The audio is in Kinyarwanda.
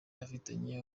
afitanye